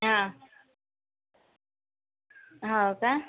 हां हो का